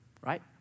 right